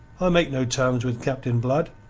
i make no terms with captain blood.